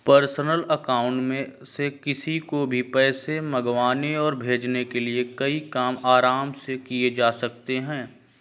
personal account में से किसी को भी पैसे मंगवाने और भेजने के कई काम आराम से किये जा सकते है